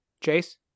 Chase